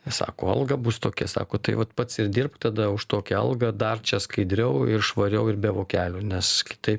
sako alga bus tokia sako tai vat pats ir dirbk tada už tokią algą dar čia skaidriau ir švariau ir be vokelių nes kitaip